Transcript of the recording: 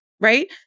right